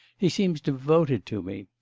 he seems devoted to me.